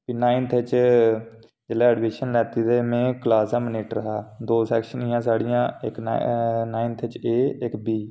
भी नाइनथ च जेल्लै ऐडमिशन लैती में क्लास द मनिटर हा दो सैक्शनां हियां साढ़ियां इक नाइनथ च ए इक बी